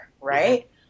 right